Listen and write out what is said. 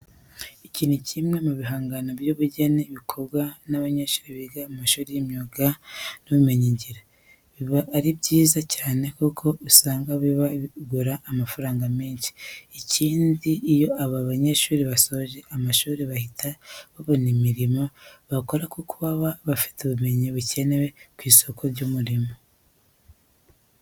Iki ni kimwe mu bihangano by'ubugeni bikorwa n'abanyeshuri biga mu mashuri y'imyuga n'ubumenyingiro. Biba ari byiza cyane kuko usanga biba bigura amafaranga menshi. Ikindi iyo aba banyeshuri basoje amashuri bahita babona imirimo bakora kuko baba bafite ubumenyi bukenewe ku isoko ry'umurimo.